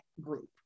group